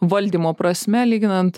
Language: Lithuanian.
valdymo prasme lyginant